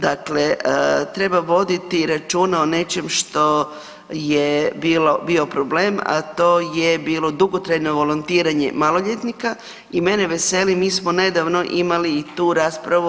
Dakle treba voditi računa o nečem što je bio problem, a to je bilo dugotrajno volontiranje maloljetnika i mene veseli, mi smo nedavno imali i tu raspravu o